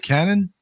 Cannon